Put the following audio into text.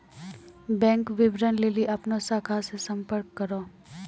bank विबरण लेली अपनो शाखा से संपर्क करो